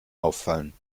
auffallen